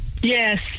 Yes